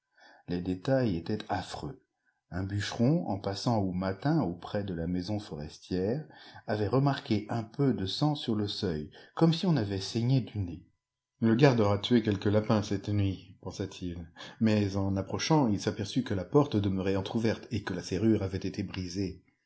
les détails étaient affreux un bûcheron en passant au matin auprès de la maison forestière avait remarqué un peu de sang sur le seuil comme si on avait saigné du nez le garde aura tué quelque lapin cette nuit pensa-t-il mais en approchant il s'aperçut que la porte demeurait entr'ouverte et que la serrure avait été brisée